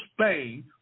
Spain